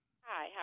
Hi